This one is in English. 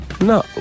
No